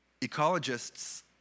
Ecologists